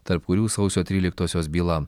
tarp kurių sausio tryliktosios byla